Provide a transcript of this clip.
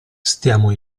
stiamo